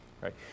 right